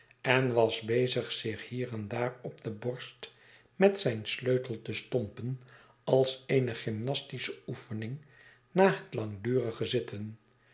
en was bezig zich hier en daar op de borst met zijn sleutel te stompen als eene gymnastische oefening na het langdurige zitten